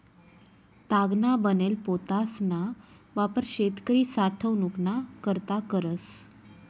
तागना बनेल पोतासना वापर शेतकरी साठवनूक ना करता करस